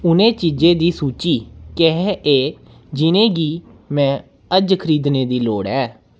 उ'नें चीजें दी सूची केह् ऐ जि'नें गी में अज्ज खरीदने दी लोड़ ऐ